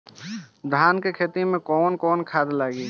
धान के खेती में कवन कवन खाद लागी?